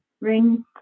ring